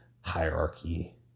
hierarchy